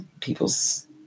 people's